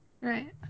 Right